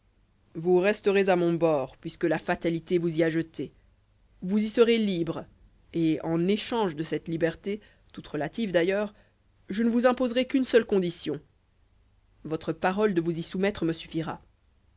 vous resterez à mon bord puisque la fatalité vous y a jetés vous y serez libres et en échange de cette liberté toute relative d'ailleurs je ne vous imposerai qu'une seule condition votre parole de vous y soumettre me suffira